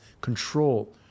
control